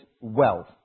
wealth